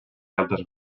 galtes